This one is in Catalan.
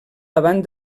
davant